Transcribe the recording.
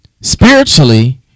spiritually